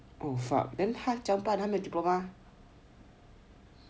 oh fuck then 他怎么办他都没有 diploma